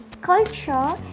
culture